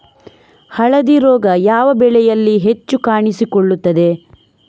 ಹಳದಿ ರೋಗ ಯಾವ ಬೆಳೆಯಲ್ಲಿ ಹೆಚ್ಚು ಕಾಣಿಸಿಕೊಳ್ಳುತ್ತದೆ?